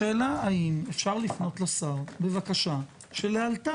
השאלה אם אפשר לפנות לשר בבקשה שלאלתר,